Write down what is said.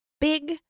big